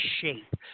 shape